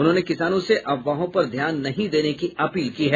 उन्होंने किसानों से अफवाहों पर ध्यान नहीं देने की अपील की है